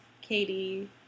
Katie